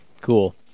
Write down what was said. Cool